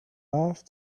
off